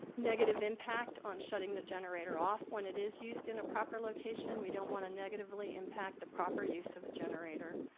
negative impact on shutting the generator off when it is used in a proper location. we don't want to negatively impact the proper use of a generator.